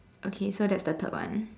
okay so that's the third one